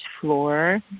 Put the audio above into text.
floor